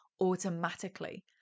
automatically